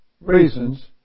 reasons